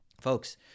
Folks